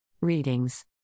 Readings